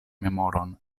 memoron